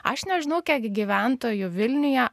aš nežinau kiek gyventojų vilniuje